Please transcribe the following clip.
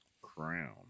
Crown